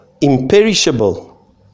imperishable